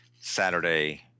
Saturday